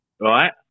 right